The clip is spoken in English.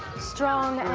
strong,